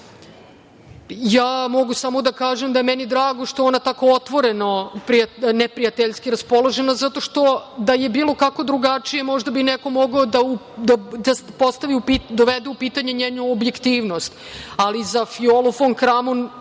Srbiji. Mogu samo da kažem da je meni drago što ona tako otvoreno neprijateljski raspoložena, zato što da je bilo kako drugačije možda bi neko mogao da dovede u pitanje njenu objektivnost. Ali, za Violu fon Kramon